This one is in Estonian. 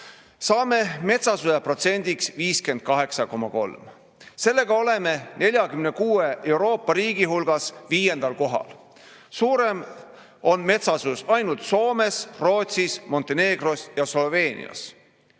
saame metsasuse protsendiks 58,3. Sellega oleme 46 Euroopa riigi hulgas viiendal kohal. Suurem on metsasus ainult Soomes, Rootsis, Montenegros ja Sloveenias.